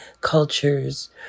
cultures